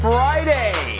Friday